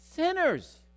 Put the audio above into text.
sinners